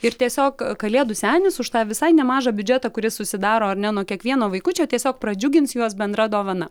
ir tiesiog kalėdų senis už tą visai nemažą biudžetą kuris susidaro ar ne nuo kiekvieno vaikučio tiesiog pradžiugins juos bendra dovana